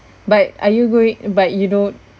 but are you going but you don't